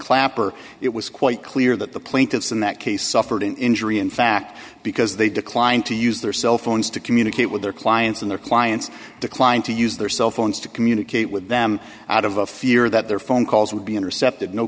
clapper it was quite clear that the plaintiffs in that case suffered an injury in fact because they declined to use their cell phones to communicate with their clients and their clients declined to use their cell phones to communicate with them out of a fear that their phone calls would be intercepted no